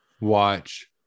watch